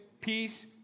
peace